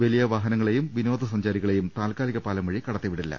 വലിയ വാഹനങ്ങളേയും വിനോദ സഞ്ചാരികളേയും താൽക്കാലിക പ്പാലം വഴി കട ത്തിവിടില്ല